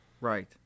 Right